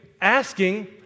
asking